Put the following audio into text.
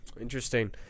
Interesting